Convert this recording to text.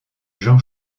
jean